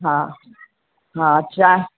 हा हा चांहि